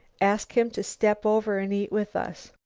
ask him to step over and eat with us.